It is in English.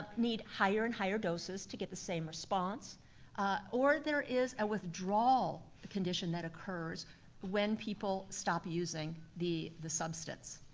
need higher and higher doses to get the same response or there is a withdrawal condition that occurs when people stop using the the substance.